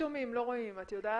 רווחה,